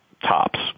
tops